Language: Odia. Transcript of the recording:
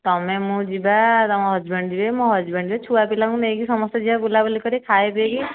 ତମେ ମୁଁ ଯିବା ତମ ହଜବେଣ୍ଡ ଯିବେ ମୋ ହଜବେଣ୍ଡ ଯିବେ ଛୁଆପିଲା ଙ୍କୁ ନେଇକି ସମସ୍ତେ ଯିବା ବୁଲାବୁଲି କରି ଖାଇ ପିଇକି